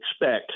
expect